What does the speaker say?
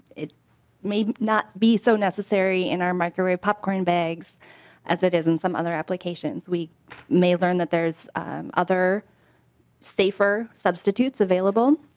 it may not be so necessary in our microwave popcorn bags as it is in some other applications. we may learn there's other safer substitutes available.